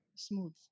smooth